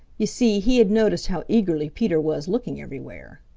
you see, he had noticed how eagerly peter was looking everywhere.